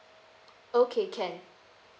okay can